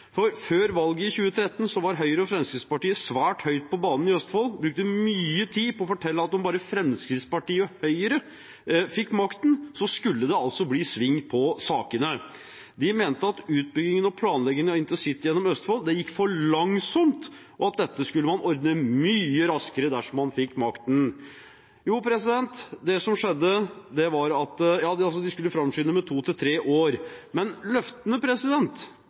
-utbyggingen: Før valget i 2013 var Høyre og Fremskrittspartiet svært høyt på banen i Østfold og brukte mye tid på å fortelle at om bare Fremskrittspartiet og Høyre fikk makten, skulle det bli sving på sakene. De mente at utbyggingen og planleggingen av intercity gjennom Østfold gikk for langsomt, og at man skulle ordne dette mye raskere dersom man fikk makten. De skulle framskynde det med to–tre år. Men løftene